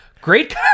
great